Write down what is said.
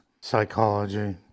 psychology